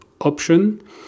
option